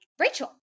rachel